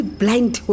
blind